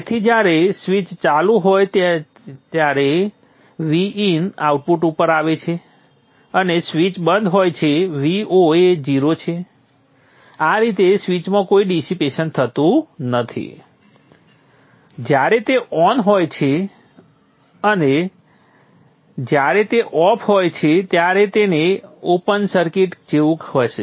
તેથી જ્યારે સ્વીચ ચાલુ હોય છે ત્યારે Vin આઉટપુટ ઉપર આવે છે અને સ્વીચ બંધ હોય છે Vo એ 0 છે અને આ રીતે સ્વીચમાં કોઈ ડિસિપેશન થતું નથી જ્યારે તે ઓન હોય છે અને જ્યારે તે ઓફ હોય છે ત્યારે તે ઓપન સર્કિટ જેવું હશે